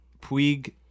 Puig